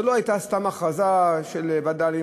זו לא הייתה סתם הכרזה של וד"לים,